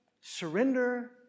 surrender